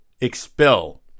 expel